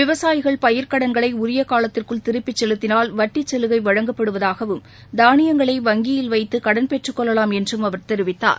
விவசாயிகள் பயிர்க் கடன்களை உரிய காலத்திற்குள் திருப்பி செலுத்தினால் வட்டிச்சலுகை வழங்கப்படுவதாகவும் தானியங்களை வங்கியில் வைத்து கடன் பெற்றுக்கொள்ளலாம் என்றும் அவர் தெரிவித்தார்